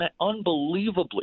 unbelievably